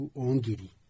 ongiri